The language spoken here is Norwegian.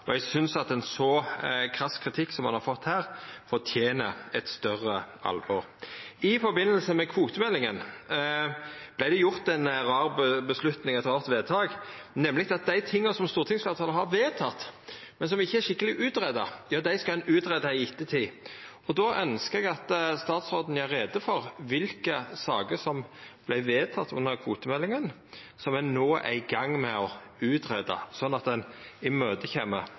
og eg synest at ein så krass kritikk som han har fått her, fortener eit større alvor. I samband med behandlinga av kvotemeldinga vart det fatta eit rart vedtak, nemleg at det som stortingsfleirtalet har vedteke, men som ikkje er skikkeleg greidd ut, skal ein greia ut i ettertid. Då ønskjer eg at statsråden gjer greie for kva saker som vart vedtekne under behandlinga av kvotemeldinga, som ein no er i gang med å greia ut, slik at ein kjem i møte